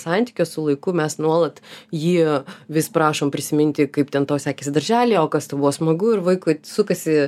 santykio su laiku mes nuolat jį vis prašom prisiminti kaip ten tau sekėsi daržely o kas buvo smagu ir vaikui sukasi